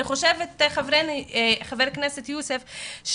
חבר הכנסת יוסף,